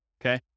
Okay